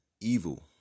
evil